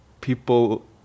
people